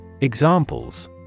Examples